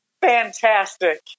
fantastic